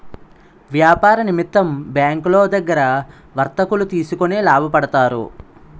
వ్యాపార నిమిత్తం బ్యాంకులో దగ్గర వర్తకులు తీసుకొని లాభపడతారు